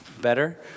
better